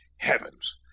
heavens